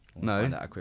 No